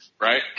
right